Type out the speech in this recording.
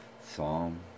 Psalm